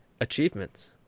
achievements